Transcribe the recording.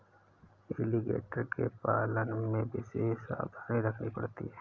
alligator के पालन में विशेष सावधानी रखनी पड़ती है